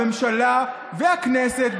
הממשלה והכנסת,